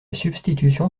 substitution